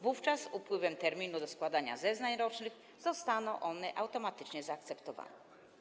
Wówczas z upływem terminu do składania zeznań rocznych zostaną one automatycznie zaakceptowane.